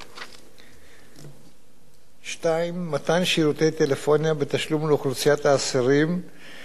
2. מתן שירותי טלפוניה בתשלום לאוכלוסיית האסירים על גבי התשתית החדשה